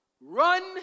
run